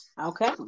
Okay